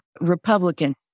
Republican